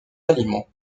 aliments